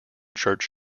church